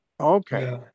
Okay